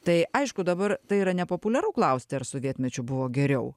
tai aišku dabar tai yra nepopuliaru klausti ar sovietmečiu buvo geriau